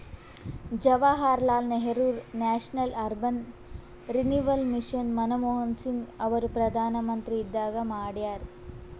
Jawaharlal Nehru national urban renewal mission Manmohan Singh ಅವರು ಪ್ರಧಾನ್ಮಂತ್ರಿ ಇದ್ದಾಗ ಮಾಡ್ಯಾರ್